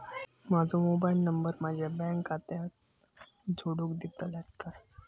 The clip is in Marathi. माजो मोबाईल नंबर माझ्या बँक खात्याक जोडून दितल्यात काय?